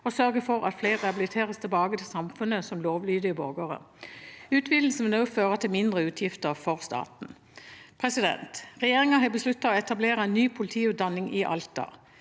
og sørge for at flere rehabiliteres tilbake til samfunnet som lovlydige borgere. Utvidelsen vil også føre til mindre utgifter for staten. Regjeringen har besluttet å etablere en ny politiutdanning i Alta.